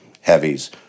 heavies